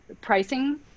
pricing